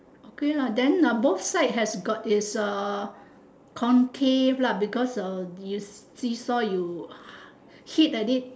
okay lah then uh both side has got its a concave lah because uh this see-saw you hit at it